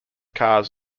cars